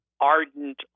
ardent